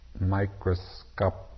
microscopic